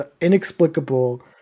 inexplicable